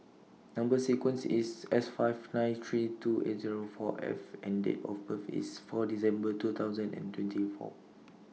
Number sequence IS S five nine three two eight Zero four F and Date of birth IS four December two thousand and twenty four